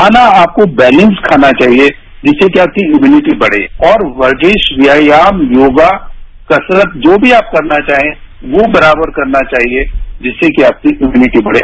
खाना आपको बैलंस खाना चाहिए जिससे कि अपकी इम्यूनिटी बढ़े और वर्षिश व्यायाम योगा कसरत जो भी आप करना चाहें वो बराबर करना चाहिए जिससे कि आपकी इम्यूनिटी बढ़े